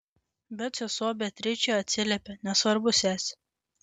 bet sesuo beatričė atsiliepia nesvarbu sese